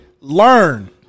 learn